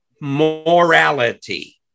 Morality